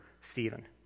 Stephen